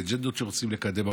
אג'נדות שרוצים לקדם,